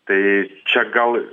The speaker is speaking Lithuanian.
tai čia gal